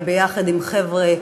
ביחד עם חבר'ה,